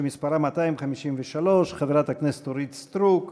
של חברת הכנסת אורית סטרוק,